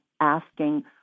asking